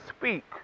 speak